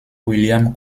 william